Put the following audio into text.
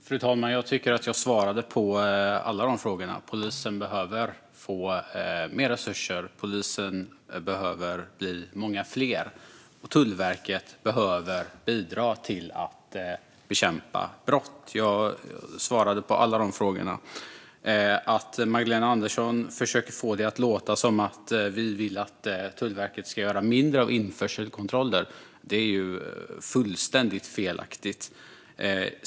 Fru talman! Jag tycker att jag svarade på alla dessa frågor. Polisen behöver få mer resurser. Det behöver också bli många fler poliser. Tullverket behöver bidra till att bekämpa brott. Magdalena Andersson försöker få det att låta som om vi vill att Tullverket ska göra färre införselkontroller. Det är fullständigt felaktigt.